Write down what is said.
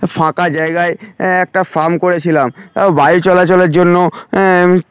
ফাঁকা জায়গায় একটা ফার্ম করেছিলাম বায়ু চলাচলের জন্য